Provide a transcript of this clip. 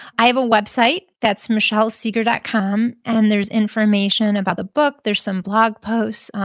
i have a website, that's michellesegar dot com, and there's information about the book, there's some blog posts,